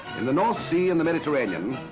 in the north sea and the mediterranean,